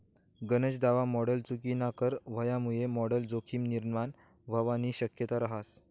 गनज दाव मॉडल चुकीनाकर व्हवामुये मॉडल जोखीम निर्माण व्हवानी शक्यता रहास